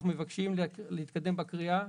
אנחנו מבקשים להתקדם בקריאה,